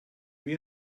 wir